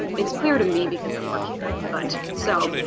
it's clear to me because i work here. but so